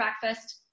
breakfast